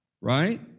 right